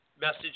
message